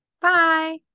Bye